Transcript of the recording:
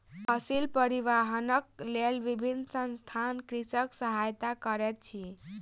फसिल परिवाहनक लेल विभिन्न संसथान कृषकक सहायता करैत अछि